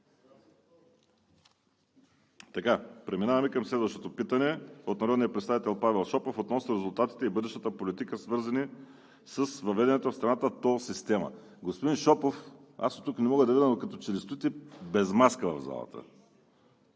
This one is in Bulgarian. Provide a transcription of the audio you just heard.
Преминаваме към следващото питане от народния представител Павел Шопов относно резултатите и бъдещата политика, свързани с въведената в страната тол система. Господин Шопов, аз оттук не мога да видя, но като че ли стоите без маска в залата?